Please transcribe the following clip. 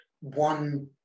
One